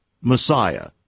Messiah